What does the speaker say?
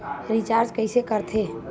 Recharge कइसे कर थे?